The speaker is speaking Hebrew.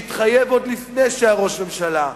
שהתחייב עוד לפני שהיה ראש ממשלה,